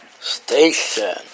station